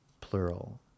plural